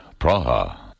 Praha